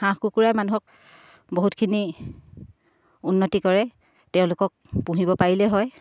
হাঁহ কুকুৰাই মানুহক বহুতখিনি উন্নতি কৰে তেওঁলোকক পুহিব পাৰিলেই হয়